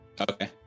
Okay